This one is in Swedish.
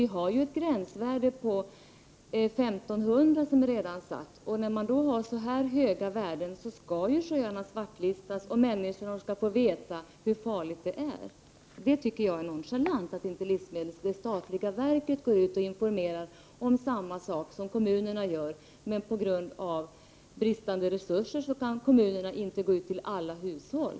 Vi har ju ett gränsvärde på 1 500 becquerel. Vid de här höga värdena skall ju sjöarna svartlistas, och människorna bör få veta hur farligt det är. Jag tycker att det är nonchalant när inte det statliga verket går ut och informerar om detsamma som kommunerna. På grund av brist på resurser kan kommunerna emellertid inte vända sig till alla hushåll.